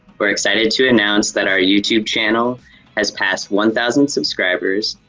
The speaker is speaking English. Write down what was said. we're excited to announce that our youtube channel has passed one thousand subscribers.